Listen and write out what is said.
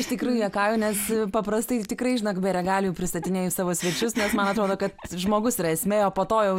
iš tikrųjų juokauju nes paprastai tikrai žinok be regalijų pristatinėju savo svečius nes man atrodo kad žmogus yra esmė o po to jau